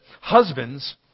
Husbands